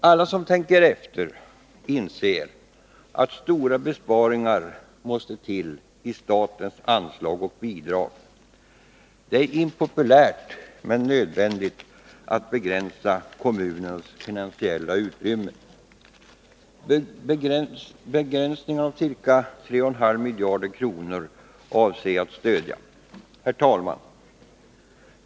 Alla som tänker efter inser att stora besparingar måste göras i statens anslag och bidrag. Det är impopulärt men nödvändigt att begränsa kommunernas finansiella utrymme. En nedskärning med ca 3,5 miljarder kronor avser jag att stödja. Herr talman!